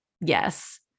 Yes